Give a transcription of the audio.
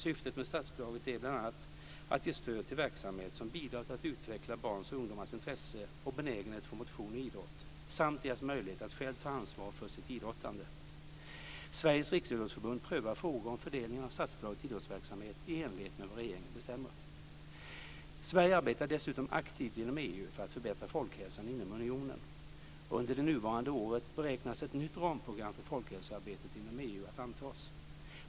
Syftet med statsbidraget är bl.a. att ge stöd till verksamhet som bidrar till att utveckla barns och ungdomars intresse och benägenhet för motion och idrott samt deras möjligheter att själva ta ansvar för sitt idrottande. Sveriges Riksidrottsförbund prövar frågor om fördelning av statsbidrag till idrottsverksamhet i enlighet med vad regeringen bestämmer. Sverige arbetar dessutom aktivt inom EU för att förbättra folkhälsan inom unionen. Under det nuvarande året beräknas ett nytt ramprogram för folkhälsoarbetet inom EU antas.